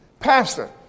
Pastor